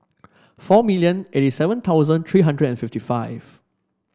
four million eighty seven thousand three hundred and fifty five